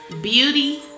Beauty